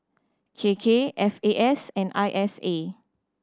K K F A S and I S A